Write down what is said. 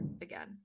again